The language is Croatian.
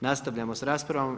Nastavljamo s raspravom.